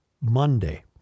Monday